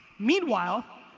meanwhile,